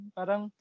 parang